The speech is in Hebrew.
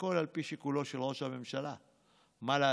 הכול על פי שיקולו של ראש הממשלה, מה לעשות.